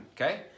okay